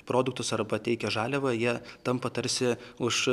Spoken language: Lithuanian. produktus arba teikia žaliavą jie tampa tarsi už